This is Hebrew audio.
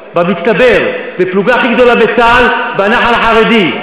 רק בגיוס האחרון התגייסו 200 לנח"ל החרדי.